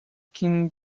king